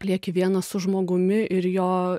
lieki vienas su žmogumi ir jo